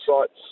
sites